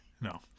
No